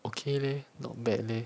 okay leh not bad leh